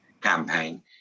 campaign